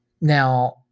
Now